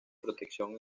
protección